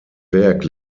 werk